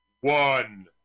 one